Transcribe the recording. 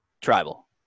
tribal